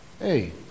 Hey